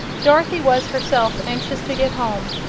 dorothy was herself anxious to get home,